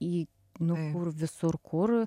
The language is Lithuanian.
į nu kur visur kur